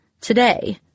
Today